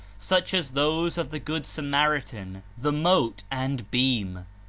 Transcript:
such as those of the good samaritan, the mote and beam,